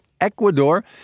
Ecuador